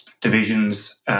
divisions